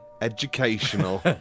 educational